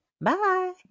Bye